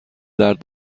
درد